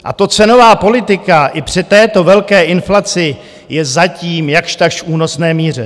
A to cenová politika i při této velké inflaci je zatím jakžtakž v únosné míře.